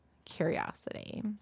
curiosity